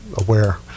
aware